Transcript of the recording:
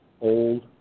old